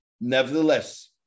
Nevertheless